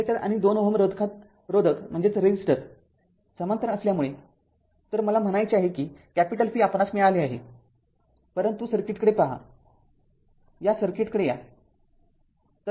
inductor आणि २Ω रोधक समांतर असल्यामुळे तरमला म्हणायचे आहे कि V आपणास मिळाले आहे परंतु सर्किटकडे पहा सर्किटकडे या